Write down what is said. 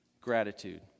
gratitude